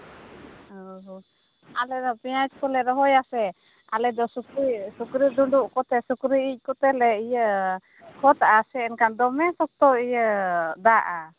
ᱚ ᱦᱳ ᱟᱞᱮ ᱫᱚ ᱯᱮᱸᱭᱟᱡᱽ ᱠᱚᱞᱮ ᱨᱚᱦᱚᱭᱟᱥᱮ ᱟᱞᱮ ᱫᱚ ᱥᱩᱠᱨᱤ ᱥᱩᱠᱨᱤ ᱜᱩᱰᱩ ᱠᱚᱛᱮ ᱥᱩᱠᱨᱤ ᱤᱡ ᱠᱚᱛᱮ ᱞᱮ ᱤᱭᱟᱹ ᱠᱷᱚᱛ ᱟᱜᱼᱟ ᱥᱮ ᱫᱚᱢᱮ ᱥᱚᱠᱛᱚ ᱫᱟᱼᱟ